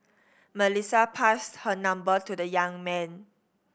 Melissa passed her number to the young man